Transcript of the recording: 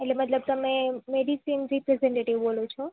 એટલે મતલબ તમે મેડિસિન રિપ્રેસન્ટેટિવ બોલો છો